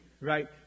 right